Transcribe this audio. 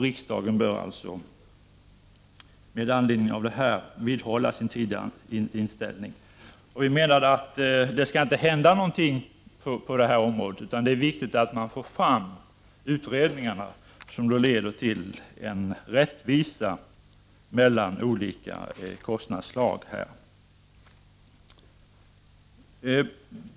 Riksdagen bör alltså vidhålla sin tidigare inställning. Vi reservanter menar att det inte skall hända någonting på det här området förrän utredningarna har kommit med förslag som leder till en rättvisa mellan olika kostnadsslag.